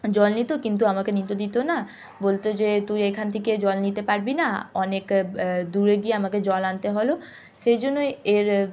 জল নিত কিন্তু আমাকে নিতে দিত না বলত যে তুই এখান থেকে জল নিতে পারবি না অনেক দূরে গিয়ে আমাকে জল আনতে হলো সেই জন্যই এর